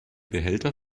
behälter